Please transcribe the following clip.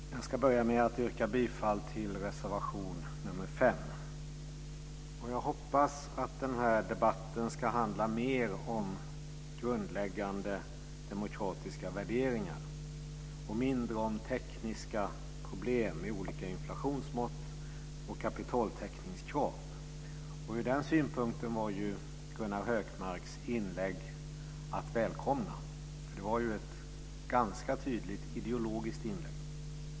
Fru talman! Jag ska börja med att yrka bifall till reservation nr 5. Jag hoppas att den här debatten ska handla mer om grundläggande demokratiska värderingar och mindre om tekniska problem med olika inflationsmått och kapitaltäckningskrav. Ur den synpunkten var ju Gunnar Hökmarks inlägg att välkomna. Det var ett ganska tydligt ideologiskt inlägg.